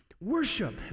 Worship